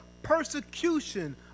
persecution